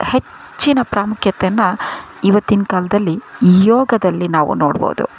ಹೆಚ್ಚಿನ ಪ್ರಾಮುಖ್ಯತೆಯನ್ನು ಇವತ್ತಿನ ಕಾಲದಲ್ಲಿ ಯೋಗದಲ್ಲಿ ನಾವು ನೋಡ್ಬೋದು